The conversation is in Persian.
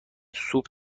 سوپ